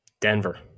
Denver